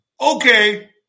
Okay